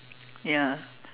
ya